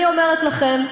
אני אומרת לכם,